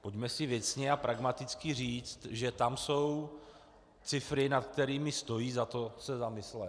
Pojďme si věcně a pragmaticky říct, že tam jsou cifry, nad kterými stojí za to se zamyslet.